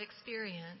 experience